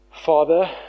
Father